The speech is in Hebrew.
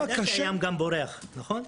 אתה יודע שהים גם בורח, כן?